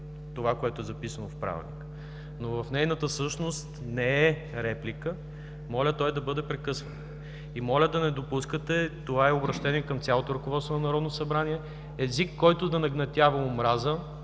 това, което е записано в Правилника, но в нейната същност не е реплика, моля той да бъде прекъсван и моля да не допускате – това е обръщение към цялото ръководство на Народното събрание, език, който да нагнетява омраза,